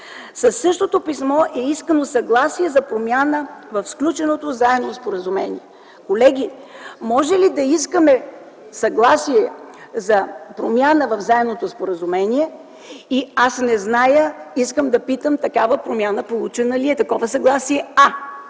същото писмо е искано съгласие за промяна в сключеното заемно споразумение.” Колеги, може ли да искаме съгласие за промяна в заемното споразумение? Аз не зная, искам да питам, първо: такова съгласие за